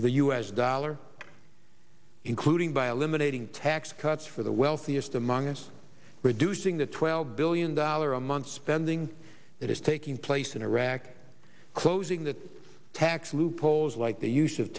of the u s dollar including by eliminating tax cuts for the wealthiest among us reducing the twelve billion dollar a month spending that is taking place in iraq closing the tax loophole like the use of